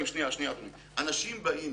אנשים באים